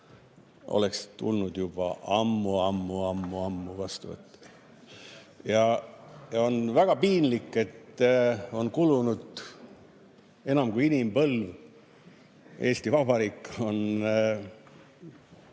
oleks tulnud juba ammu-ammu-ammu vastu võtta. On väga piinlik, et on kulunud enam kui inimpõlv. Eesti Vabariik on ...